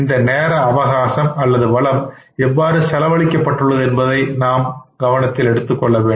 இந்த நேரம் அல்லது வளம் எவ்வளவு செலவழிக்கப்பட்டுள்ளது என்பதை கவனத்தில் கொள்ள வேண்டும்